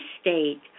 state